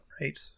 Right